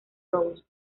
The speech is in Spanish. robos